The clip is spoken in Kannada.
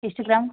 ಎಷ್ಟು ಗ್ರಾಮ್